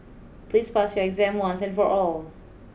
please pass your exam once and for all